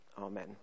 amen